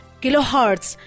kilohertz